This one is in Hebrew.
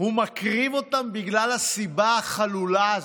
והוא מקריב אותם בגלל הסיבה החלולה הזו.